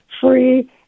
free